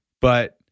but-